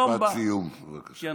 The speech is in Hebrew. משפט סיום, חבר הכנסת שחאדה.